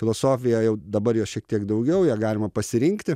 filosofija jau dabar jos šiek tiek daugiau ją galima pasirinkti